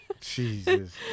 Jesus